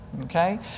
okay